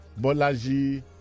Bolaji